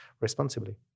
responsibly